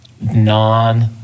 non